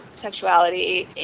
sexuality